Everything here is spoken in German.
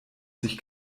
sich